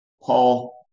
Paul